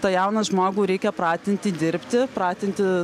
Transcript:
tą jauną žmogų reikia pratinti dirbti pratinti